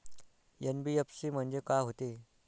NBFC म्हणजे का होते?